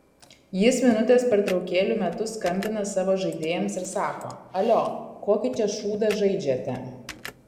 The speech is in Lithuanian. jis minutės pertraukėlių metu skambina savo žaidėjams ir sako alio kokį čia šūdą žaidžiate